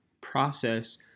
process